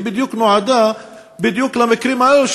היא נועדה בדיוק למקרים האלה,